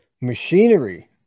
machinery